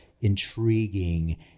intriguing